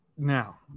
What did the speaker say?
Now